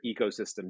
ecosystem